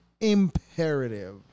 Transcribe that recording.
imperative